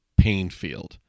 Painfield